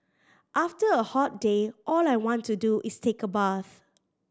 after a hot day all I want to do is take a bath